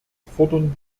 fordern